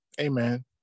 Amen